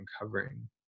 uncovering